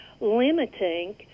limiting